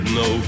no